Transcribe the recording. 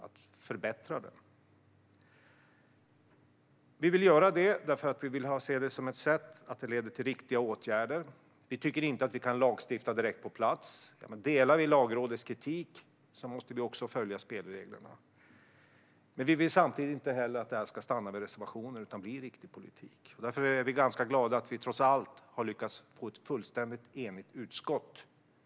Vi ser det som ett sätt att se till att detta leder till riktiga åtgärder. Vi tycker inte att vi kan lagstifta direkt på plats. Delar vi Lagrådets kritik måste vi också följa spelreglerna. Men vi vill samtidigt inte att det här ska stanna vid reservationer utan att det ska bli riktig politik. Därför är vi ganska glada över att vi trots allt har lyckats få ett de facto fullständigt enigt utskott.